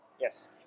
Yes